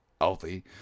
healthy